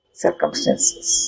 circumstances